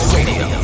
Radio